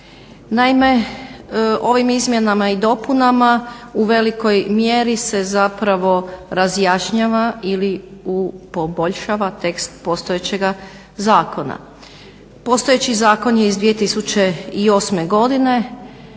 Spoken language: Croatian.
Naime, ovim izmjenama i dopunama u velikoj mjeri se zapravo razjašnjava ili poboljšava tekst postojećega zakona. Postojeći zakon je iz 2008. godine,